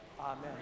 Amen